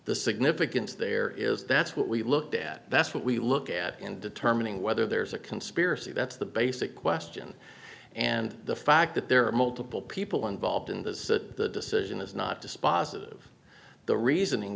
the significance there is that's what we looked at that's what we look at in determining whether there's a conspiracy that's the basic question and the fact that there are multiple people involved in the decision is not dispositive the reasoning